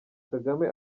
kagame